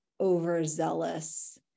overzealous